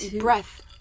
breath